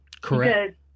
Correct